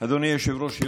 אדוני היושב-ראש,